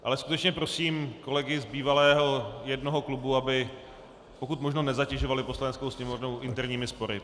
Ale skutečně prosím kolegy z bývalého jednoho klubu, aby pokud možno nezatěžovali Poslaneckou sněmovnu interními spory.